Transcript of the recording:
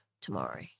tomorrow